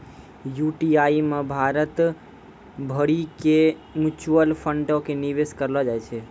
UTI मे भारत भरि के म्यूचुअल फंडो के निवेश करलो जाय छै